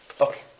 okay